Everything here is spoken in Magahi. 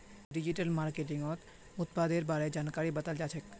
डिजिटल मार्केटिंगत उत्पादेर बारे जानकारी बताल जाछेक